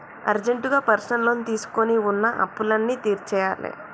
అర్జెంటుగా personal loan తీసుకొని వున్న అప్పులన్నీ తీర్చేయ్యాలే